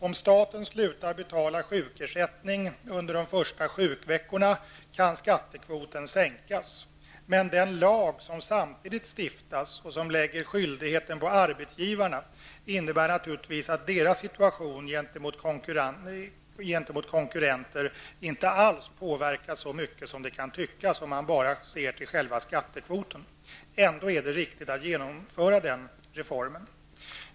Om staten slutar betala sjukersättning under de första sjukveckorna kan skattekvoten sänkas, men den lag som samtidigt stiftas och som lägger skyldigheten på arbetsgivarna innebär naturligtvis att deras situation gentemot konkurrenter inte alls påverkas så mycket som det kan tyckas, om man bara ser till själva skattekvoten. Det är ändå riktigt att genomföra denna reform.